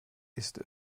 ist